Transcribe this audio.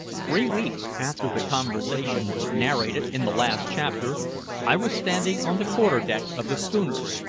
three weeks after the conversation narrated in the last chapter i was standing on the quarter-deck of the schooner,